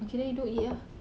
okay then you don't eat ah